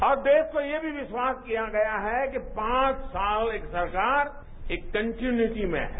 और देश को ये भी विश्वास दिया गया है कि पांच साल एक सरकार एक कन्टीन्यूटी में है